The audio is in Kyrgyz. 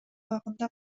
абагында